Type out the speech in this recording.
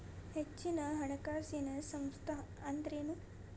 ಹೆಚ್ಚಿನ ಹಣಕಾಸಿನ ಸಂಸ್ಥಾ ಅಂದ್ರೇನು?